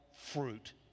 fruit